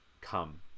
come